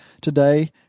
today